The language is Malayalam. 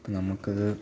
അപ്പം നമുക്ക്